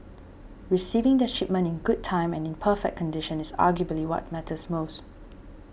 receiving their shipment in good time and in perfect condition is arguably what matters most